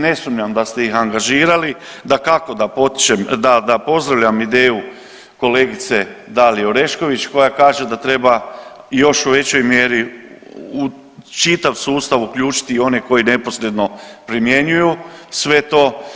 Ne sumnjam da ste ih angažirali, dakako da pozdravljam ideju kolegice Dalije Orešković koja kaže da treba još u većoj mjeri u čitav sustav uključiti i one koji neposredno primjenjuju sve to.